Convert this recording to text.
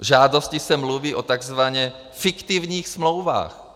V žádosti se mluví o takzvaně fiktivních smlouvách.